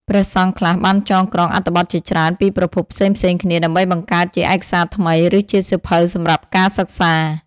ព្រះសង្ឃខ្លះបានចងក្រងអត្ថបទជាច្រើនពីប្រភពផ្សេងៗគ្នាដើម្បីបង្កើតជាឯកសារថ្មី ឬជាសៀវភៅសម្រាប់ការសិក្សា។